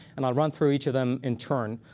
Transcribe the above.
and i'll run through each of them in turn.